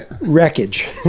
wreckage